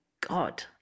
God